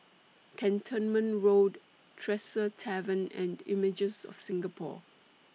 Cantonment Road Tresor Tavern and Images of Singapore